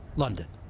london.